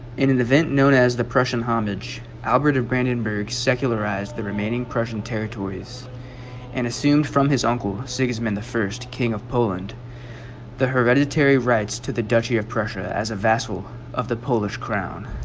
in an event known as the prussian homage albert of brandenburg secularized the remaining prussian territories and assumed from his uncle sigismund the first king of poland the hereditary rights to the duchy of prussia as a vassal of the polish crown